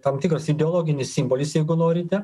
tam tikras ideologinis simbolis jeigu norite